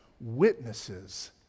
witnesses